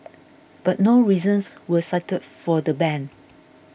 but no reasons were cited for the ban